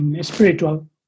spiritual